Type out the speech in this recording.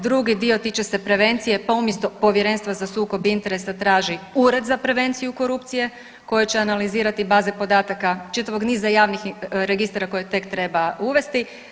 Drugi dio tiče se prevencije pa umjesto Povjerenstva za sukob interesa traži Ured za prevenciju korupcije koje će analizirati baze podataka čitavog niza javnih registara koje tek treba uvesti.